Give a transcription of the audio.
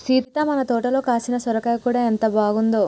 సీత మన తోటలో కాసిన సొరకాయ కూర ఎంత బాగుందో